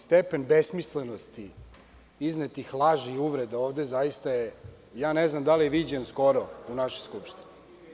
Stepen besmislenosti, iznetih laži i uvreda ovde zaista ne znam da li je viđen skoro u našoj Skupštini.